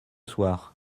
soir